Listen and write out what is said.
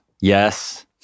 Yes